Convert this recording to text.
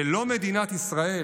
ללא מדינת ישראל,